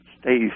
stay